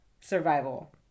survival